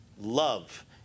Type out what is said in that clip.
Love